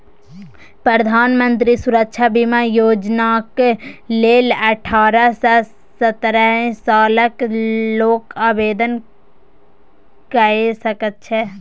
प्रधानमंत्री सुरक्षा बीमा योजनाक लेल अठारह सँ सत्तरि सालक लोक आवेदन कए सकैत छै